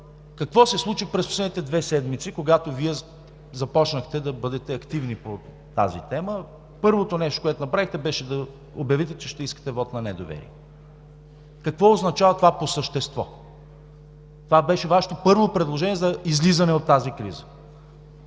Какво се случи през последните две седмици, когато Вие започнахте да бъдете активни по тази тема? Първото нещо, което направихте, беше да обявите, че ще искате вот на недоверие. Какво означава това по същество? Това беше Вашето първо предложение за излизане от тази криза.